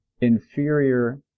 inferior